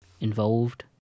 involved